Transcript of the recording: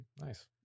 Nice